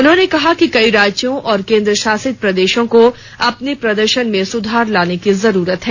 उन्होंने कहा कि कई राज्यों और केंद्रशासित प्रदेशों को अपने प्रदर्शन में सुधार लाने की जरूरत है